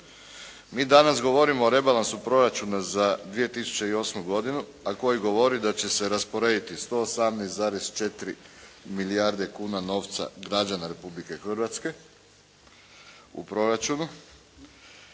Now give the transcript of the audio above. Mi danas govorimo o rebalansu proračuna za 2008. godinu a koji govori da će se rasporediti 118,4 milijarde kuna novca građana Republike Hrvatske u proračunu.